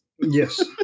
Yes